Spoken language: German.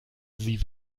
sie